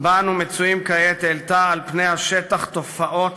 שבה אנו מצויים כעת העלתה על פני השטח תופעות